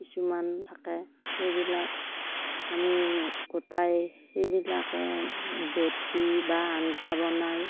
কিছুমান থাকে সেইবিলাক আমি গোটাই সেইবিলাকে বটি বা আঞ্জা বনাই